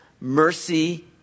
mercy